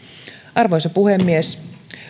arvoisa puhemies